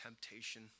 temptation